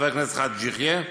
חבר הכנסת חאג' יחיא.